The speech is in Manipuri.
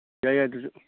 ꯌꯥꯏ ꯌꯥꯏ ꯑꯗꯨꯁꯨ